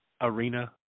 Arena